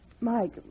Mike